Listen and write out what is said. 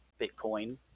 Bitcoin